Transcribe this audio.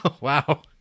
Wow